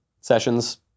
Sessions